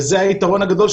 וזה היתרון הגדול,